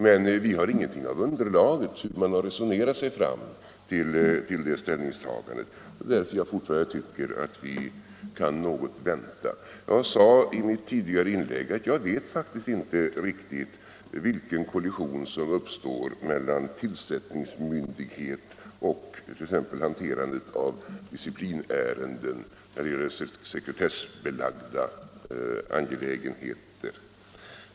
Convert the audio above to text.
Men vi har ingenting av underlaget — hur man har resonerat sig fram till det ställningstagandet. Det är alltså därför som jag fortfarande tycker att vi kan vänta något. Jag sade i mitt tidigare inlägg att jag faktiskt inte riktigt vet vilken kollision som uppstår mellan olika tillsättningsmyndigheter när det gäller t.ex. hanterandet av disciplinärenden i sekretessbelagda angelägenheter.